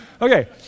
Okay